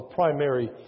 primary